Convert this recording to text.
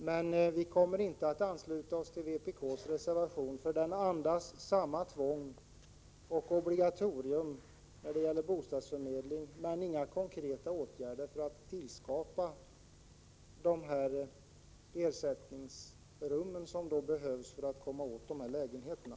Men vi kommer inte att ansluta oss till vpk:s reservation. Den andas samma tvång och obligatorium och föreslår inga konkreta åtgärder för att tillskapa de ersättningsrum som behövs för att bostadsförmedlingen skall komma åt lägenheterna.